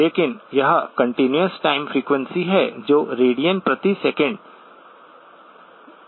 लेकिन यह continuous time frequency है जो रेडियन प्रति सेकंड में है